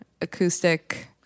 acoustic